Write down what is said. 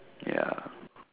ya